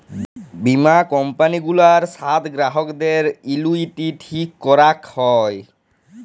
বীমা কম্পালি গুলার সাথ গ্রাহকদের অলুইটি ঠিক ক্যরাক হ্যয়